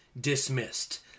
dismissed